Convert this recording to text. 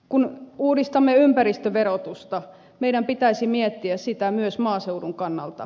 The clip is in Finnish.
kun uudistamme ympäristöverotusta meidän pitäisi miettiä sitä myös maaseudun kannalta